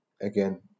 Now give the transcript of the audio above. again